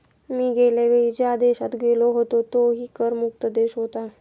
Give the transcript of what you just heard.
मी गेल्या वेळी ज्या देशात गेलो होतो तोही कर मुक्त देश होता